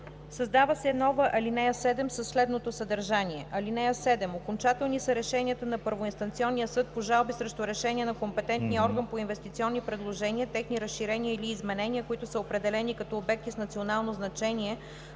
Създава се нова ал. 10 със следното съдържание: